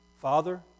Father